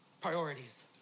Priorities